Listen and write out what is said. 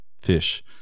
Fish